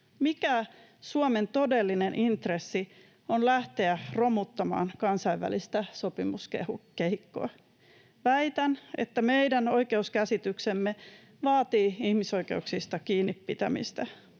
Mikä Suomen todellinen intressi on lähteä romuttamaan kansainvälistä sopimuskehikkoa? Väitän, että meidän oikeuskäsityksemme vaatii ihmisoikeuksista kiinni pitämistä.